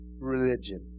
religion